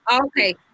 Okay